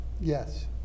Yes